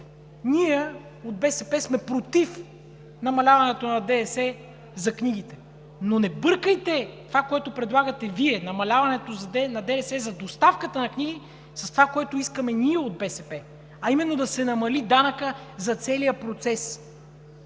ние от БСП сме против намаляването на ДДС за книгите, но не бъркайте това, което предлагате Вие – намаляването на ДДС за доставката на книги, с това, което искаме ние от БСП, а именно да се намали данъка за целия процес